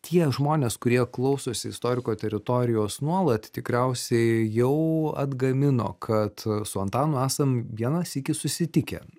tie žmonės kurie klausosi istoriko teritorijos nuolat tikriausiai jau atgamino kad su antanu esam vieną sykį susitikę